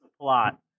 plot